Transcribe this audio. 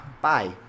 Bye